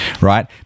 right